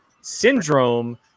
Syndrome